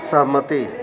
सहमति